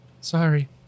Sorry